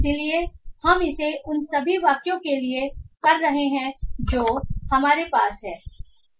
इसलिए हम इसे उन सभी वाक्यों के लिए कर रहे हैं जो हमारे पास हैं